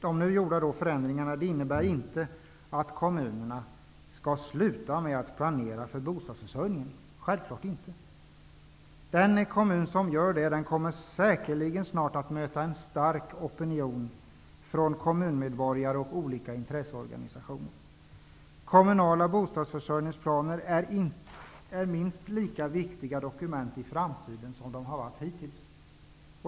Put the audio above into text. De nu gjorda förändringarna innebär självfallet inte att kommunerna skall sluta att planera för bostadsförsörjningen. Den kommun som gör det kommer säkerligen snart att möta en stark opinion från kommunmedborgare och olika intresseorganisationer. Kommunala bostadsförsörjningsplaner är minst lika viktiga dokument i framtiden som de har varit hittills.